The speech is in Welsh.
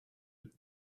wyt